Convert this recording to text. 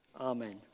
Amen